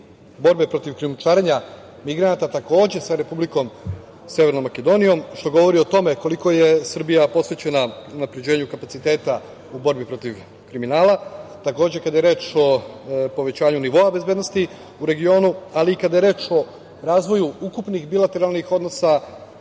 borbe protiv krijumčarenja migranata takođe sa Republikom Severnom Makedonijom, što govori o tome koliko je Srbija posvećena unapređenju kapaciteta u borbi protiv kriminala, takođe kada je reč o povećanju nivoa bezbednosti u regionu, ali i kada je reč o razvoju ukupnih bilateralnih odnosa